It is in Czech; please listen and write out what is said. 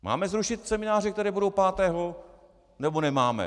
Máme zrušit semináře, které budou pátého, nebo nemáme?